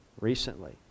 recently